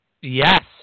Yes